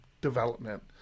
development